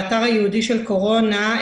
האתר הייעודי של קורונה,